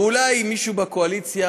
ואולי עם מישהו מהקואליציה,